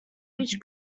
each